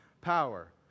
power